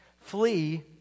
Flee